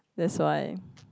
that's why